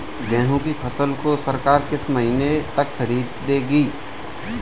गेहूँ की फसल को सरकार किस महीने तक खरीदेगी?